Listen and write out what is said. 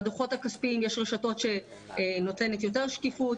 לגבי דו"חות כספיים יש רשתות שנותנות יותר שקיפות,